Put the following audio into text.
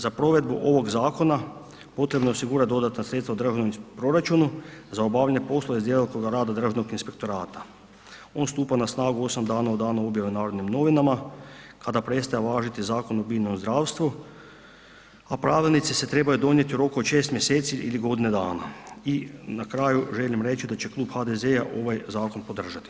Za provedbu ovog zakona potrebno je osigurat dodatna sredstva u državnom proračunu za obavljanje poslova iz djelokruga rada državnog inspektorata, on stupa na snagu 8 dana od dana objave u Narodnim novinama kada prestaje važiti Zakon o biljnom zdravstvu, a pravilnici se trebaju donijeti u roku 6. mjeseci ili godine dana i na kraju želim reći da će Klub HDZ-a ovaj zakon podržati.